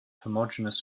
homogeneous